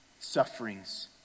sufferings